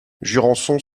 jurançon